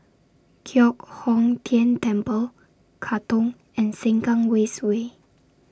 Giok Hong Tian Temple Katong and Sengkang West Way